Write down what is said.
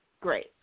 great